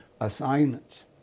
assignments